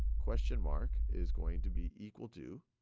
question mark is going to be equal to,